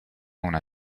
una